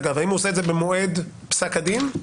האם הוא עושה את זה במועד פסק הדין?